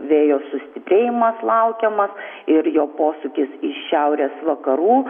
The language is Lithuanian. vėjo sustiprėjimas laukiamas ir jo posūkis iš šiaurės vakarų